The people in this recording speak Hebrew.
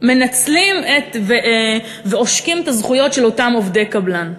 מנצלים ועושקים את הזכויות של אותם עובדי קבלן.